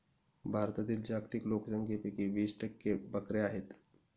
भारतातील जागतिक लोकसंख्येपैकी वीस टक्के बकऱ्या आहेत